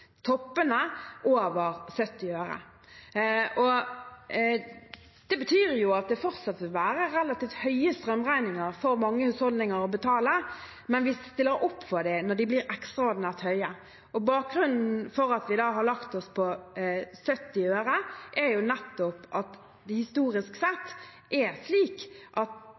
strømregninger for mange husholdninger å betale, men vi stiller opp for dem når de blir ekstraordinært høye. Bakgrunnen for at vi har lagt oss på 70 øre, er nettopp at det historisk sett er slik at